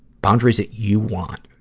boundaries that you want.